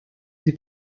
sie